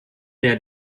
der